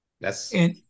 That's-